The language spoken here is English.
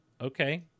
Okay